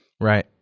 Right